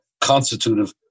constitutive